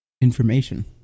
information